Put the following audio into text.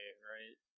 right